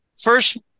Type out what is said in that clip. First